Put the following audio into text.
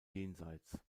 jenseits